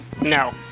No